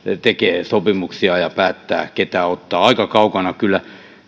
tekee sopimuksia ja päättää ketä ottaa aika kaukana kyllä